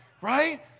right